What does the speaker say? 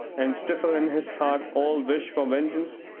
and stifle in his heart all wish for vengeance?